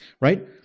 Right